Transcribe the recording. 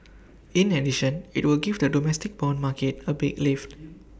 in addition IT will give the domestic Bond market A big lift